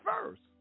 first